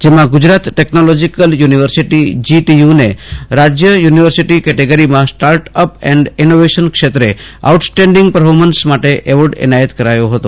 જેમાં ગુજરાત ટેકનોલોજીક્લ યુનિવર્સિટીને રાજ્ય યુનિવર્સિટી કેટેગરીમાં સ્ટાર્ટઅપ એન્ડ ઇનોવેશન ક્ષેત્રે આઉટ સ્ટેન્ડિંગ પર્ફોમન્સ માટે એવોર્ડ એનાયત કરાયો હતો